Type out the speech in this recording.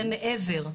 זה מעבר.